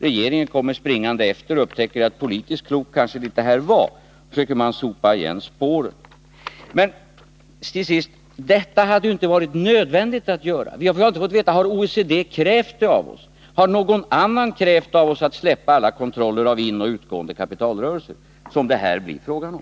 Regeringen kommer springande efter och upptäcker att detta kanske inte var politiskt klokt, och då försöker man sopa igen spåren. Men, till sist! Det hade ju inte varit nödvändigt att göra detta. Har OECD krävt det av oss? Har någon annan krävt av oss att vi skall släppa alla de kontroller av inoch utgående kapitalrörelser som det här är fråga om?